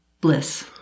bliss